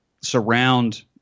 surround